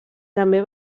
també